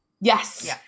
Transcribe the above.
Yes